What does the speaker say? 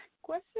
question